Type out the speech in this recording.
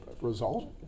result